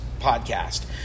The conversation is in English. podcast